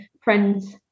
friends